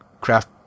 Craft